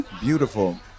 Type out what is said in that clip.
Beautiful